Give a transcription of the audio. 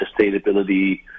sustainability